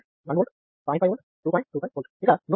25V ఇక్కడ node 2 voltage అడిగారు కాబట్టి దాని విలువ 0